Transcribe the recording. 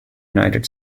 united